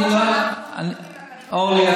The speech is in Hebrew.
אורלי,